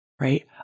right